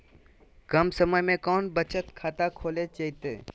कम समय में कौन बचत खाता खोले जयते?